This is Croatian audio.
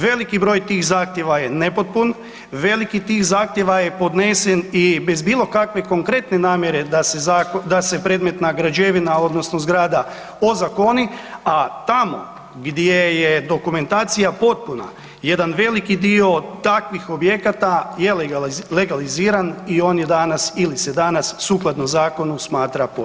Veliki broj tih zahtjeva je nepotpun, veliki tih zahtjeva je podnesen i bez bilokakve konkretne namjere da se predmetna građevina odnosno zgrada ozakoni a tamo gdje je dokumentacija potpuna, jedan veliki dio takvih objekata je legaliziran i on je danas ili se danas sukladno zakonu smatra postojećim.